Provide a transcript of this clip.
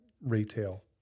retail